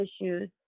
issues